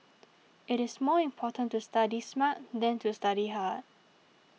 it is more important to study smart than to study hard